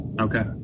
Okay